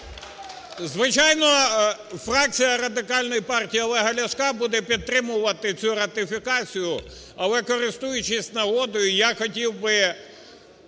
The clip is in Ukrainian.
Звичайно, фракція Радикальної партії Олега Ляшка буде підтримувати цю ратифікацію. Але, користуючись нагодою, я хотів би